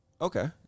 Okay